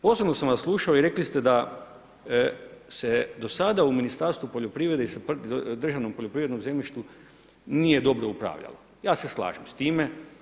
Posebno sam vas slušao i rekli ste da se do sada u ministarstvu i državnim poljoprivrednim zemljištem nije dobro upravljalo, ja se slažem s time.